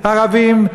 ערבים,